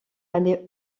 aller